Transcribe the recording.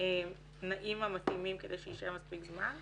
התנאים המתאימים כדי שיישאר מספיק זמן.